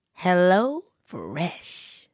HelloFresh